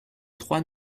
trois